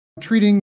treating